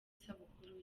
isabukuru